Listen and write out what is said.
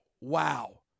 wow